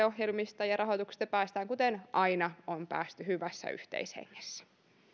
ohjelmista ja ja rahoituksesta päästään kuten aina on päästy hyvässä yhteishengessä